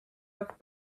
off